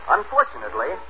Unfortunately